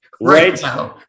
right